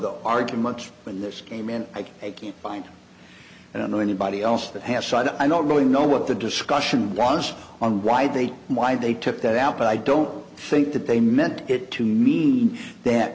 the argument when this came in i can't find i don't know anybody else that has side i don't really know what the discussion was on why they why they took that out but i don't think that they meant it to mean that